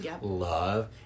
love